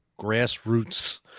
grassroots